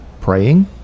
praying